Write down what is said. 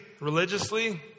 religiously